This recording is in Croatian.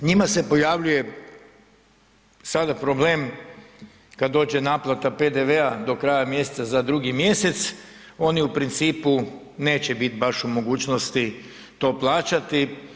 Njima se pojavljuje sada problem kada dođe naplata PDV-a do kraja mjeseca za drugi mjesec oni u principu neće biti baš u mogućnosti to plaćati.